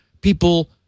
people